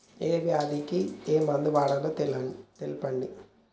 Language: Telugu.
ఏ వ్యాధి కి ఏ మందు వాడాలో తెల్పండి?